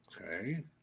Okay